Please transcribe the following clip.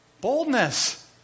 Boldness